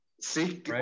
See